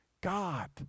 God